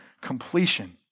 completion